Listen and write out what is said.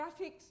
graphics